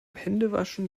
händewaschen